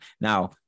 Now